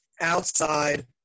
outside